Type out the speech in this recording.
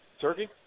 Turkey